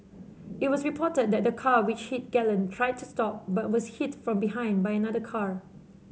it was reported that the car which hit Galen tried to stop but was hit from behind by another car